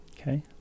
Okay